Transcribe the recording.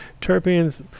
Terpenes